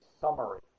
summary